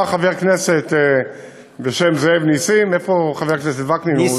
היה חבר כנסת בשם זאב נסים, איפה חבר הכנסת וקנין?